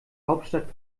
hauptstadt